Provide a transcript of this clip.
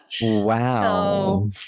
Wow